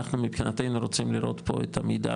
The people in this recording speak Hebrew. אנחנו מבחינתנו רוצים לראות פה את עמידר,